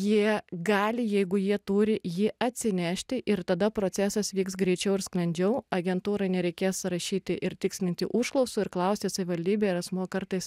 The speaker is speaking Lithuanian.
jie gali jeigu jie turi jį atsinešti ir tada procesas vyks greičiau ir sklandžiau agentūrai nereikės rašyti ir tikslinti užklausų ir klausti savivaldybėj ar asmuo kartais